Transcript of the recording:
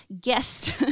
guest